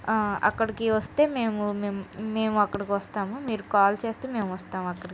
అక్కడికి వస్తే మేము మేం మేము అక్కడికి వస్తాము మీరు కాల్ చేస్తే మేము వస్తాము అక్కడికి